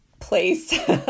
place